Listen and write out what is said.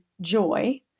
joy